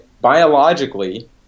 biologically